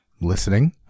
listening